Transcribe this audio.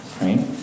right